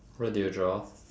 what did you draw